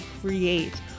create